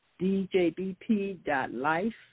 djbp.life